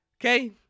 Okay